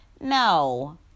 no